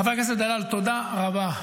חבר הכנסת דלל, תודה רבה.